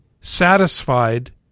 satisfied